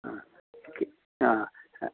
ಹಾಂ ಕೆ ಹಾಂ ಹಾಂ